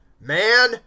man